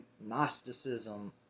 gnosticism